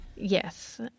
Yes